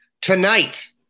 Tonight